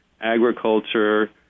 agriculture